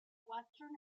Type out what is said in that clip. western